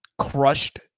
crushed